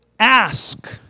Ask